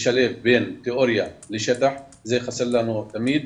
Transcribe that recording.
לשלב בין תיאוריה לשטח, זה חסר לנו תמיד,